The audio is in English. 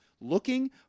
looking